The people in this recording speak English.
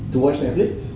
to watch Netflix